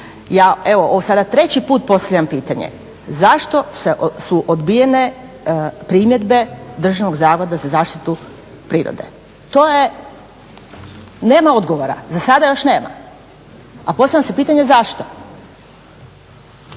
evo sada treći put postavljam pitanje zašto su odbijene primjedbe Državnog zavoda za zaštitu prirode? To je, nema odgovora, za sada još nema. A postavlja se pitanje zašto?